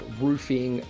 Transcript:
roofing